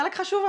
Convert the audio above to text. חשוב אפילו.